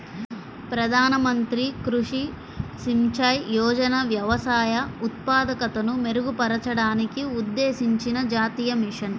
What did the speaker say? ప్రధాన మంత్రి కృషి సించాయ్ యోజన వ్యవసాయ ఉత్పాదకతను మెరుగుపరచడానికి ఉద్దేశించిన జాతీయ మిషన్